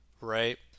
right